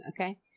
Okay